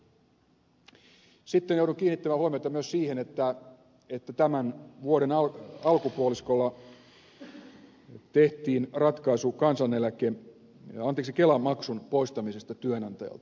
sitten joudun kiinnittämään huomiota myös siihen että tämän vuoden alkupuoliskolla tehtiin ratkaisu kelamaksun poistamisesta työnantajalta